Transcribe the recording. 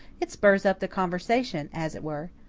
it spurs up the conversation as it were.